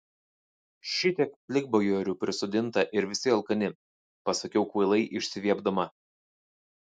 šitiek plikbajorių prisodinta ir visi alkani pasakiau kvailai išsiviepdama